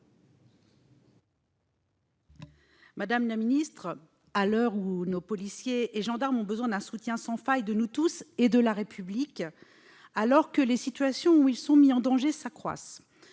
Madame la ministre, à l'heure où nos policiers et gendarmes ont besoin d'un soutien sans faille de nous tous et de la République, alors que les situations où ils sont mis en danger s'accroissent,